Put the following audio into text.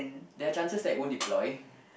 there are chances that it won't deploy